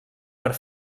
per